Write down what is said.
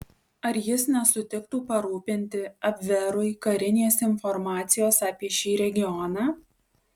ar jis nesutiktų parūpinti abverui karinės informacijos apie šį regioną